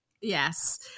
Yes